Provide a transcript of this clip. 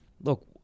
look